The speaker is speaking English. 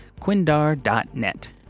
quindar.net